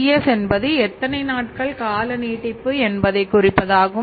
Ts என்பது எத்தனை நாட்கள் கால நீட்டிப்பு என்பதை குறிப்பது ஆகும்